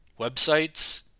websites